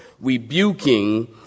rebuking